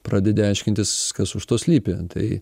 pradedi aiškintis kas už to slypi tai